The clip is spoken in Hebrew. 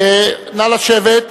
נא לשבת.